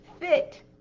fit